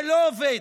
זה לא עובד,